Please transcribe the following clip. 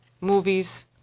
movies